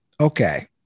Okay